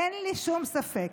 אין לי שום ספק.